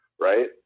Right